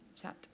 Chat